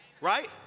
Right